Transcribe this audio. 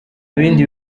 bindi